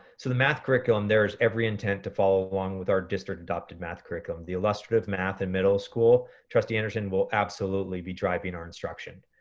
so the math curriculum, there's every intent to follow along with our district adopted math curriculum. the illustrative math in middle school, trustee anderson will absolutely be driving our instruction.